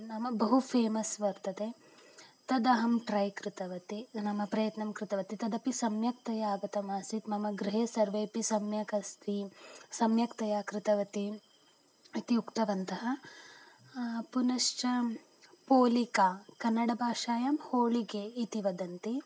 नाम बहु फ़ेमस् वर्तते तदहं ट्रै कृतवती नाम प्रयत्नं कृतवती तदपि सम्यक्तया आगतमासीत् मम गृहे सर्वेऽपि सम्यक् अस्ति सम्यक्तया कृतवती इति उक्तवन्तः पुनश्च पोलिका कन्नडभाषायां होळिगे इति वदन्ति